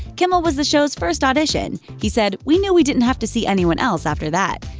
kimmel was the show's first audition. he said, we knew we didn't have to see anyone else after that.